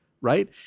right